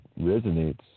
resonates